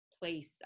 place